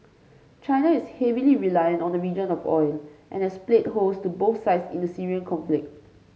China is heavily reliant on the region of oil and has played host to both sides in the Syrian conflict